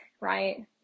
right